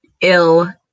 ill